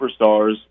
superstars